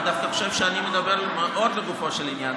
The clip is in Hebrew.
אני דווקא חושב שאני מדבר מאוד לגופו של עניין,